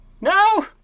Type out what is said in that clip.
No